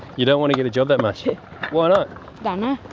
you don't want to get a job that much. why not? don't know.